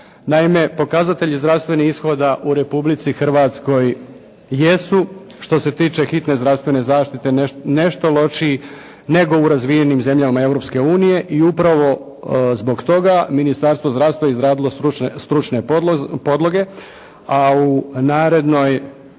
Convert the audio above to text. Naime, pokazatelji zdravstvenih ishoda u Republici Hrvatskoj jesu što se tiče hitne zdravstvene zaštite nešto lošiji nego u razvijenim zemljama Europske unije. I upravo zbog toga Ministarstvo zdravstva je izradilo stručne podloge, a u narednoj